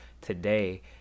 today